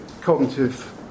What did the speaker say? cognitive